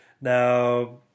Now